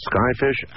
Skyfish